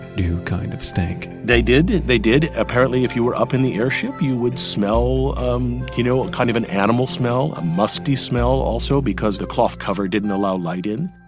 do kind of stink they did. they did. apparently, if you were up in the airship, you would smell um you know kind of an animal smell. a musty smell also, because the cloth cover didn't allow light in